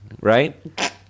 right